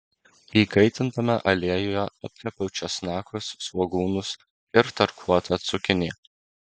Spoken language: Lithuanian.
įkaitintame aliejuje apkepiau česnakus svogūnus ir tarkuotą cukiniją